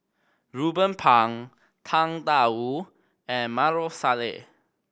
Ruben Pang Tang Da Wu and Maarof Salleh